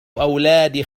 أولاد